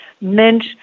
meant